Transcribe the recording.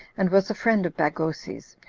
and was a friend of bagoses,